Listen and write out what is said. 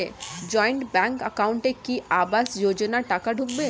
Joint bank একাউন্টে কি আবাস যোজনা টাকা ঢুকবে?